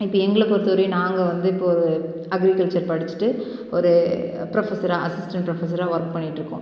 இப்போ எங்களை பொறுத்தவரையும் நாங்கள் வந்து இப்போது அக்ரிகல்ச்சர் படிச்சுட்டு ஒரு ப்ரோஃபஸ்ஸராக அசிஸ்டண்ட் ப்ரோஃபஸ்ஸராக ஒர்க் பண்ணிகிட்டுருக்கோம்